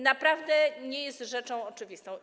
Naprawdę nie jest to rzecz oczywista.